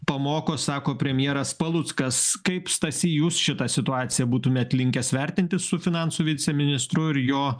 pamoko sako premjeras paluckas kaip stasy jūs šitą situaciją būtumėt linkęs vertinti su finansų viceministro ir jo